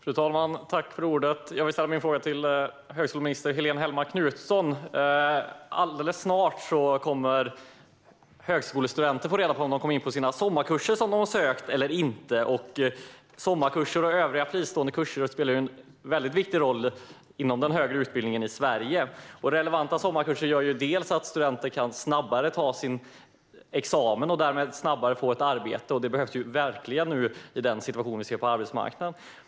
Fru talman! Jag vill ställa min fråga till högskoleminister Helene Hellmark Knutsson. Snart kommer högskolestudenter att få reda på om de har kommit in på de sommarkurser som de har sökt till eller inte. Sommarkurser och övriga fristående kurser spelar ju en väldigt viktig roll inom den högre utbildningen i Sverige. Relevanta sommarkurser gör att studenter snabbare kan ta sin examen och därmed snabbare få ett arbete, och det behövs ju verkligen med tanke på situationen på arbetsmarknaden.